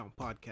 Podcast